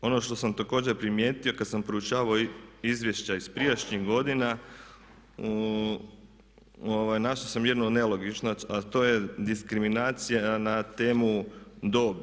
Ono što sam također primijetio kad sam proučavao izvješća iz prijašnjih godina, našao sam jednu nelogičnost a to je diskriminacija na temu dobi.